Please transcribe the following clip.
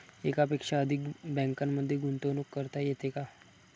एकापेक्षा अधिक बँकांमध्ये गुंतवणूक करता येते का?